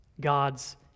God's